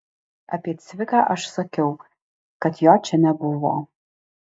apie cviką aš sakiau kad jo čia nebuvo